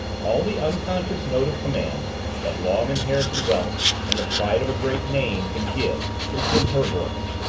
all the unconscious note of command that long-inherited wealth and the pride of a great name can give was in her voice,